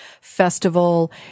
festival